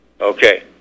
Okay